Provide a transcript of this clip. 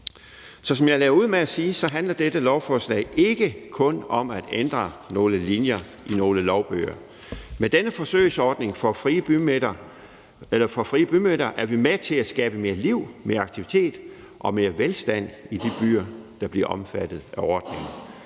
Som jeg lagde ud med at sige, handler dette lovforslag ikke kun om at ændre nogle linjer i nogle lovbøger. Med denne forsøgsordning for frie bymidter er vi med til at skabe mere liv, mere aktivitet og mere velstand i de byer, der bliver omfattet af ordningen.